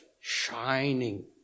shining